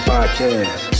Podcast